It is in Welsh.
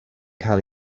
cael